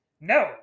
No